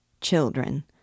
children